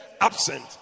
absent